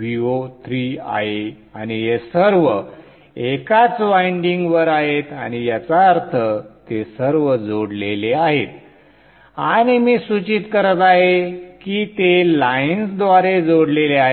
Vo3 आहे आणि हे सर्व एकाच वायंडिंग वर आहेत आणि याचा अर्थ ते सर्व जोडलेले आहेत आणि मी सूचित करत आहे की ते लाइन्स द्वारे जोडलेले आहेत